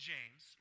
James